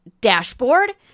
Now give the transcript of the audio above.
dashboard